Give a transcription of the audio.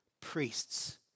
priests